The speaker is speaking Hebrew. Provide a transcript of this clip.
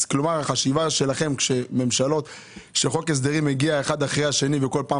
כלומר החשיבה שלכם כשחוק הסדרים מגיע אחד אחרי השני וכל פעם